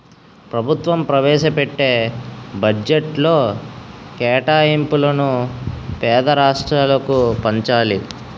ప్రభుత్వం ప్రవేశపెట్టే బడ్జెట్లో కేటాయింపులను పేద రాష్ట్రాలకు పంచాలి